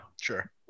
sure